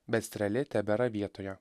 bet strėlė tebėra vietoje